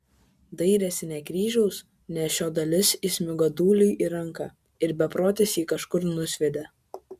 dairėsi ne kryžiaus nes šio dalis įsmigo dūliui į ranką ir beprotis jį kažkur nusviedė